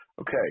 Okay